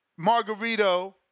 Margarito